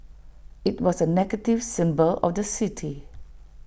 IT was A negative symbol of the city